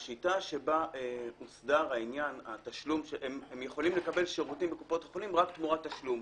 הם יכולים לקבל שירותים בקופות החולים רק תמורת תשלום,